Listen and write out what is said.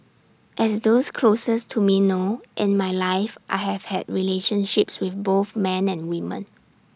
as those closest to me know in my life I have had relationships with both men and women